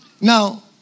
Now